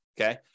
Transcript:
Okay